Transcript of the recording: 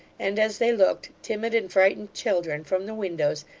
and as they looked, timid and frightened children, from the windows,